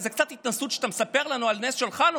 זה קצת התנשאות שאתה מספר לנו על נס חנוכה,